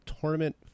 tournament